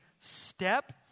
step